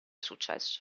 successo